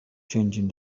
changing